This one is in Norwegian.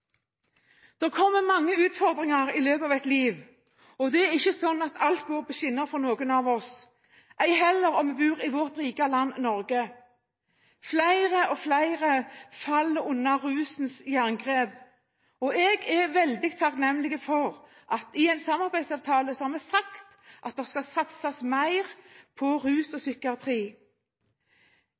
kommer mange utfordringer i løpet av et liv, og det er ikke slik at alt går på skinner for noen av oss, ei heller om vi bor i vårt rike land, Norge. Flere og flere faller under rusens jerngrep, og jeg er veldig takknemlig for at en i samarbeidsavtalen har sagt at det skal satses mer på rus og psykiatri.